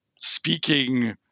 speaking